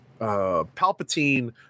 Palpatine